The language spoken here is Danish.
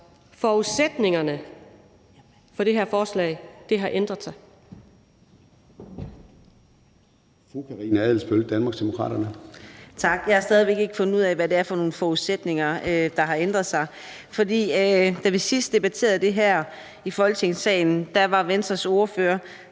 forudsætningerne for det her forslag har ændret sig.